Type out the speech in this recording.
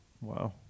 Wow